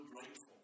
grateful